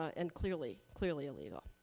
and clearly, clearly illegal.